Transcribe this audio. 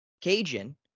Cajun